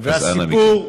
אז אנא מכם.